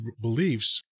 beliefs